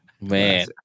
man